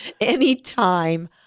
Anytime